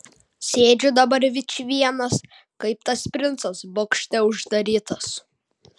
sėdžiu dabar vičvienas kaip tas princas bokšte uždarytas